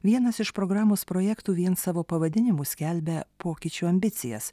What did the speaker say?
vienas iš programos projektų vien savo pavadinimu skelbia pokyčių ambicijas